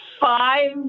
five